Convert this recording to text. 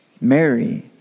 Mary